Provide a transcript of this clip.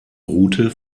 route